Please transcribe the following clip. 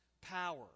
power